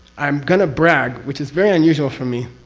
i'm going to brag, which is very unusual for me.